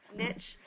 niche